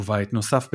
ובית נוסף בקמרון,